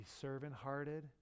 servant-hearted